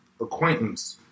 acquaintance